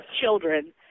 children